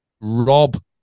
rob